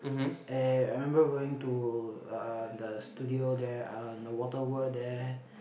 eh I remember going to uh the studio there and the water world there